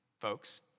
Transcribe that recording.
folks